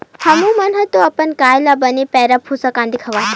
हमू मन तो हमर गाय ल बने पैरा, भूसा, कांदी खवाथन